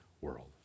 world